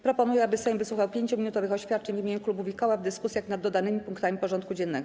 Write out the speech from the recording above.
Proponuję, aby Sejm wysłuchał 5-minutowych oświadczeń w imieniu klubów i koła w dyskusjach nad dodanymi punktami porządku dziennego.